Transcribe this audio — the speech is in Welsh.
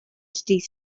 dydd